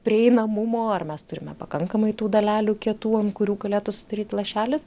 prieinamumo ar mes turime pakankamai tų dalelių kietų ant kurių galėtų susidaryt lašelis